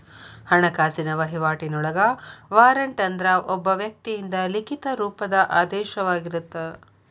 ಹಣಕಾಸಿನ ವಹಿವಾಟಿನೊಳಗ ವಾರಂಟ್ ಅಂದ್ರ ಒಬ್ಬ ವ್ಯಕ್ತಿಯಿಂದ ಲಿಖಿತ ರೂಪದ ಆದೇಶವಾಗಿರತ್ತ